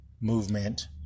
movement